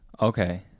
Okay